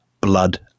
Blood